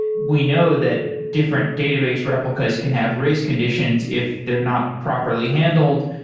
we know that different database replicas can have race conditions if they're not properly handled.